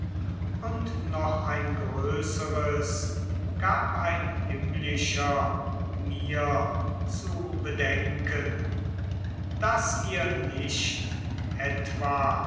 und noch ein größeres gab ein himmlischer mir zu bedenken daß ihr nicht etwa